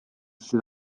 sydd